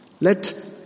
Let